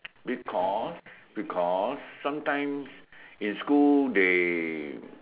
because because sometimes in school they